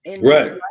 right